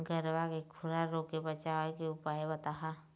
गरवा के खुरा रोग के बचाए के उपाय बताहा?